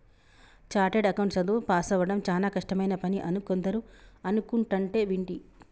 chartered account చదువు పాసవ్వడం చానా కష్టమైన పని అని కొందరు అనుకుంటంటే వింటి